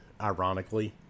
ironically